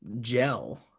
gel